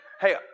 hey